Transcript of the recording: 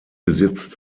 besitzt